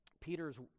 Peter's